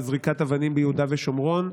על זריקת אבנים ביהודה ושומרון,